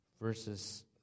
verses